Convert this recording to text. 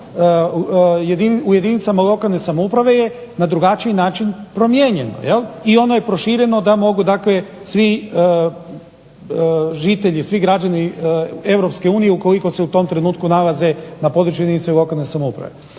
u jedinicama lokalne samouprave je na drugačiji način promijenjeno jel'. I ono je prošireno da mogu dakle svi žitelji, svi građani EU ukoliko se u tom trenutku nalaze na području jedinice lokalne samouprave.